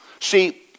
See